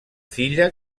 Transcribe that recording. filla